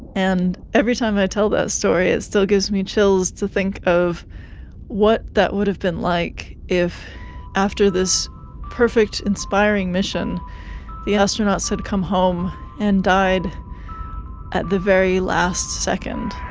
and every time i tell that story, it still gives me chills to think of what that would have been like if after this perfect, inspiring mission the astronauts had come home and died at the very last second.